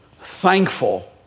thankful